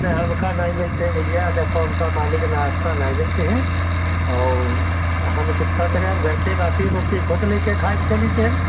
नहीं हमें नहीं मिलते हैं भैया देखो हमें मालिक नाश्ता नहीं मिलता है और हम कितना करें हम घर से बासी रोटी खुद ले के खा के चले थे हम